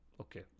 Okay